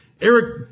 Eric